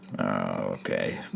Okay